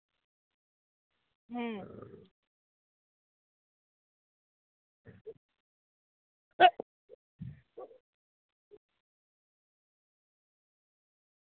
ᱦᱮᱸ